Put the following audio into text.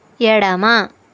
ఎడమ